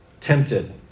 tempted